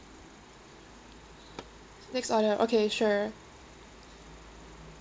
next order okay sure